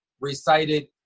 recited